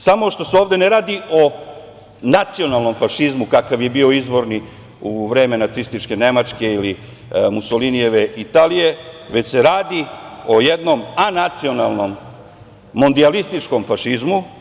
Samo što se ovde ne radi o nacionalnom fašizmu kakav je bio izvorni u vreme Nacističke Nemačke ili Musolinijeve Italije, već se radi o jednom anacionalnom mondijalističkom fašizmu.